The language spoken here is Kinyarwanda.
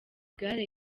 gare